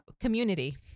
community